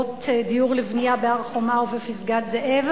יחידות דיור לבנייה בהר-חומה ובפסגת-זאב,